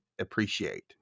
appreciate